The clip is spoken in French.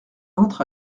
entre